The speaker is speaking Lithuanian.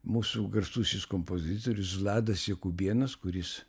mūsų garsusis kompozitorius vladas jakubėnas kuris